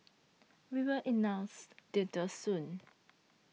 we will announce details soon